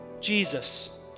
Jesus